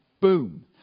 Boom